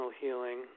healing